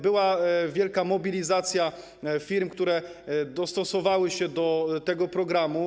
Była wielka mobilizacja firm, które dostosowały się do tego programu.